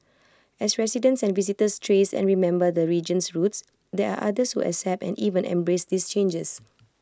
as residents and visitors trace and remember the region's roots there are others who accept and even embrace these changes